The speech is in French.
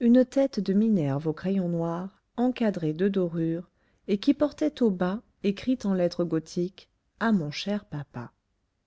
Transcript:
une tête de minerve au crayon noir encadrée de dorure et qui portait au bas écrit en lettres gothiques à mon cher papa